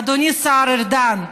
אדוני השר ארדן,